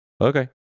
okay